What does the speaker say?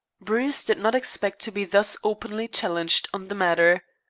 bruce did not expect to be thus openly challenged on the matter.